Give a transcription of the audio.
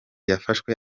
yafashwe